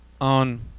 on